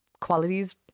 qualities